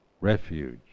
refuge